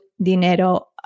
DINERO